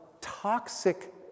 toxic